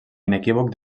inequívoc